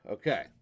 okay